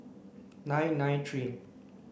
nine nine three